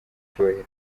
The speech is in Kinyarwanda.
cyubahiro